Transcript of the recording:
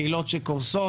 קהילות שקורסות